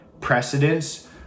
precedence